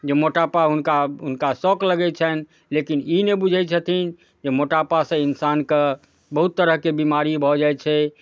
जे मोटापा हुनका हुनका शौक लागै छनि लेकिन ई नहि बुझै छथिन जे मोटापासँ इंसानके बहुत तरहके बीमारी भऽ जाइ छै